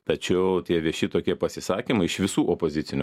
tačiau tie vieši tokie pasisakymai iš visų opozicinių